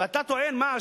ואתה טוען מה,